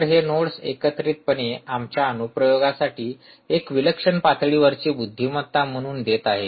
तर हे नोड्स एकत्रितपणे आमच्या अनुप्रयोगासाठी एक विलक्षण पातळीवरची बुद्धिमत्ता म्हणून देत आहेत